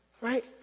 Right